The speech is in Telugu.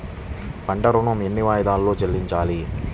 పంట ఋణం ఎన్ని వాయిదాలలో చెల్లించాలి?